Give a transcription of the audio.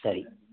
ಸರಿ